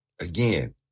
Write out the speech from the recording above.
again